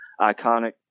iconic